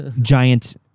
Giant